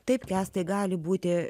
taip gestai gali būti